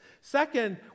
Second